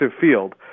field